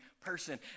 person